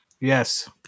Yes